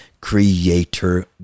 creator